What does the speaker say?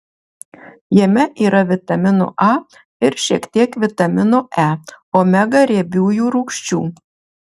jame yra vitamino a ir šiek tiek vitamino e omega riebiųjų rūgščių